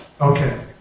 Okay